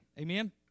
Amen